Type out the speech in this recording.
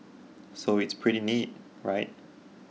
so it's pretty neat right